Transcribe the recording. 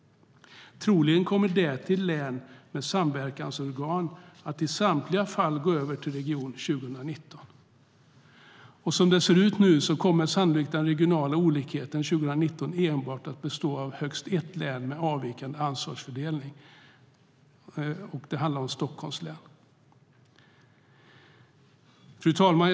Troligen kommer därtill län med samverkansorgan att i samtliga fall gå över till region 2019. Som det ser ut nu kommer sannolikt den regionala olikheten 2019 enbart att bestå av högst ett län med avvikande ansvarsfördelning. Det handlar om Stockholms län. Fru talman!